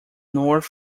north